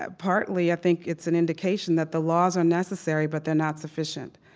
ah partly, i think it's an indication that the laws are necessary, but they're not sufficient,